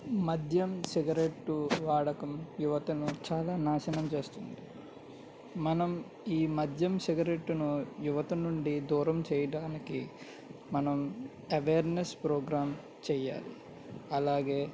మధ్యం cigarette వాడకం యువతను చాలా నాశనం చేస్తుంది మనం ఈ మధ్యం సిగరెట్టును యువత నుండి దూరం చెయ్యడానికి మనం ఎవేర్నెస్ ప్రోగ్రాం చెయ్యాలి అలాగే